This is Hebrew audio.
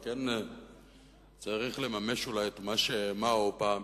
וכן צריך לממש אולי את מה שמאו אמר.